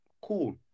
Cool